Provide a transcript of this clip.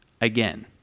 again